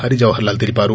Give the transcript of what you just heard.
Harijawahar Lal తెలీపారు